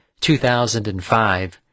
2005